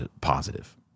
positive